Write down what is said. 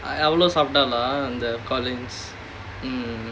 அவளும் சாப்பிட்டாளா இந்த:avalum saappitaalaa indha Collin's mm